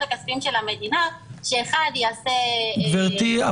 הכספיים של המדינה כשאחד יעשה --- גברתי,